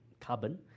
carbon